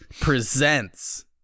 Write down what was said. presents